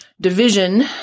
division